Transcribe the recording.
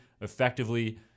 effectively